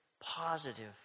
positive